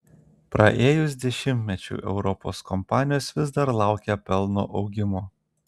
praėjus dešimtmečiui europos kompanijos vis dar laukia pelno augimo